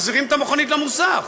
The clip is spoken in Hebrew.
מחזירים את המכונית למוסך.